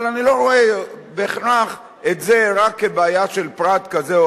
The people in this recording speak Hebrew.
אבל אני לא רואה את זה בהכרח רק כבעיה של פרט כזה או